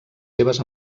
seves